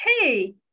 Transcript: hey